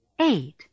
Eight